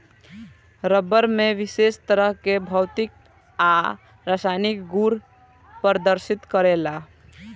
रबड़ में विशेष तरह के भौतिक आ रासायनिक गुड़ प्रदर्शित करेला